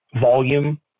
volume